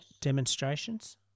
demonstrations